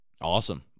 Awesome